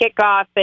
kickoff